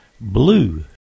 Blue